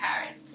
Paris